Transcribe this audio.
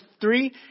three